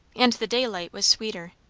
and the daylight was sweeter.